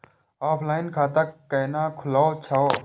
Offline खाता कैना खुलै छै?